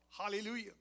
Hallelujah